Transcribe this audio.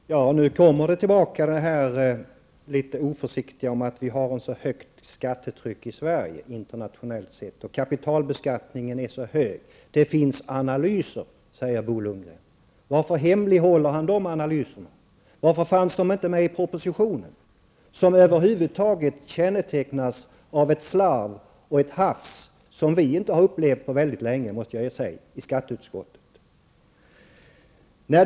Herr talman! Nu återkommer Bo Lundgren med det oförsiktiga talet om det höga skattetrycket i Sverige internationellt sett och att kapitalbeskattningen är så hög. Det finns analyser, säger Bo Lundgren, som visar detta. Varför hemlighåller han dessa analyser? Varför finns de inte med i propositionen, som över huvud taget kännetecknas av ett slarv och hafs som vi i skatteutskottet inte har upplevt på länge.